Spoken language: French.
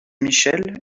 michel